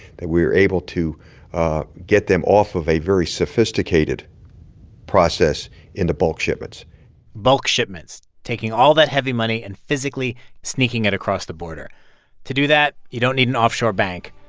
that we were able to get them off of a very sophisticated process into bulk shipments bulk shipments taking all that heavy money and physically sneaking it across the border to do that, you don't need an offshore bank.